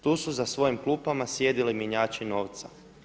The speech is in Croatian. Tu su za svojim klupama sjedili mjenjači novca.